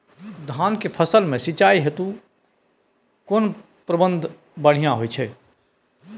धान के फसल में सिंचाई हेतु केना प्रबंध बढ़िया होयत छै?